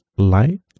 light